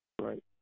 Right